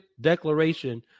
declaration